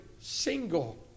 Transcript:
single